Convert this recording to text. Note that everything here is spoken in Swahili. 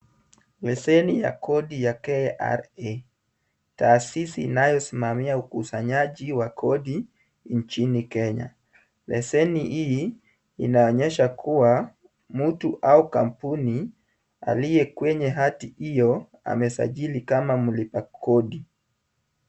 Leseni ya kodi ya KRA, taasisi inayosimamia ukusanyaji wa kodi nchini Kenya. Leseni hii inaonyesha kuwa mtu au kampuni aliye kwenye hati hiyo amesajili kama mlipa kodi.